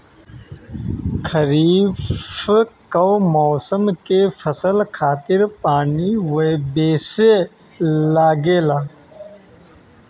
खरीफ कअ मौसम के फसल खातिर पानी बेसी लागेला